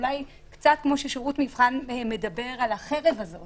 אולי קצת כמו ששירות המבחן מדבר על החרב הזאת